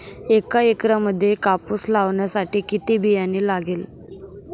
एका एकरामध्ये कापूस लावण्यासाठी किती बियाणे लागेल?